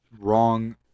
wrong